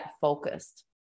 focused